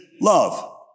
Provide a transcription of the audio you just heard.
love